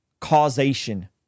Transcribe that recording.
causation